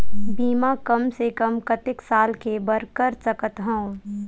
बीमा कम से कम कतेक साल के बर कर सकत हव?